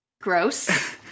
gross